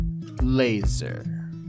Laser